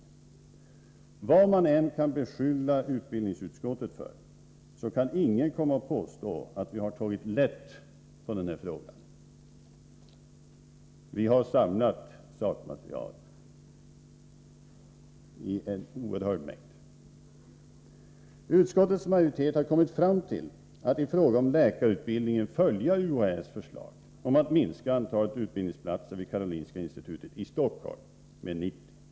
I varje fall kan ingen beskylla oss i utbildningsutskottet för att ha tagit lätt på den här frågan. Vi har samlat in en oerhörd mängd sakmaterial. Utbildningsutskottets majoritet har kommit fram till att man i fråga om läkarutbildningen skall följa UHÄ:s förslag om en minskning av antalet utbildningsplatser vid Karolinska institutet i Stockholm med 90 platser.